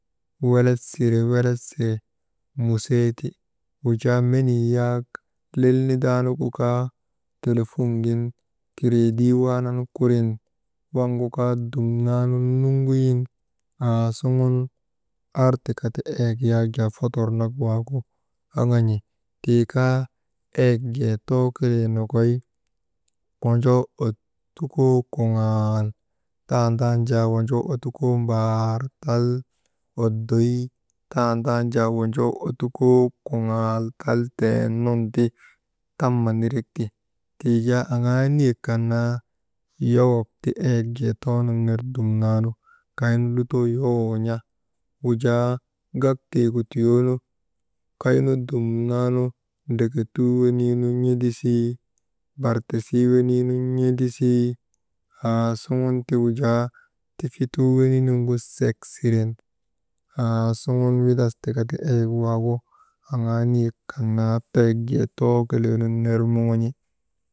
Welet sire, welet sire museeti. Waŋ jaa menii lel nindaanu kaa telefun gin kireedii waanan kurin waŋgu kaa dumnan nuŋguyin aasuŋun artika ti eyek yaak jaa fotor nak waagu oŋan̰i. Tii kaa eyek jee too kelee nokoy wojoo ottukoo kuŋaal, tandaanu jaa wojoo ottukoo kuŋaal tal teen nun ti tamma nirek ti. Tii jaa aŋaa niyek kan naa yowok ti eyek jee too nun ner dumnan. Kaynu lutoo ndreketuu weniinu n̰idisii, bartisii weniinu n̰edesii,, aasuŋunti wujaa tiwituu weniinuŋgu sek siren, aasuŋun windastika ti eyek waagu niyek kan naa eyek jee too kelee nun ner moŋon̰i.